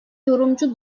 yorumcu